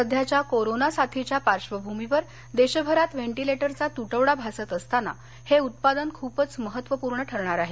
सध्याच्या कोरोना साथीच्या पार्श्वभूमीवर देशभरात व्हेंटीलेटरचा तुटवडा भासत असताना हे उत्पादन खूपच महत्वपूर्ण ठरणार आहे